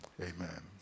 Amen